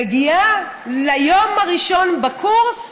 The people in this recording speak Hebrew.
מגיעה ליום הראשון בקורס